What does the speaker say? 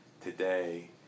today